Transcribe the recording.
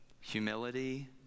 Humility